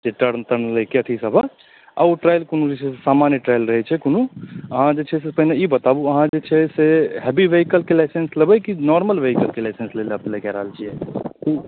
जे turn turn लैकऽ अथी सभके आ ओ ड्राइव कोनो सामान्य ट्रायल रहैत छै कोनो अहाँ जे छै से पहिने ई बताबू अहाँ जे छै से हेवी वेहिकलके लाइसेन्स लेबै की नोर्मल वेहिकलके लाइसेन्स लै लऽ अप्लाइ कै रहल छियै